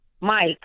Mike